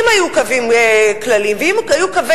אם היו קווים כלליים ואם היו קווי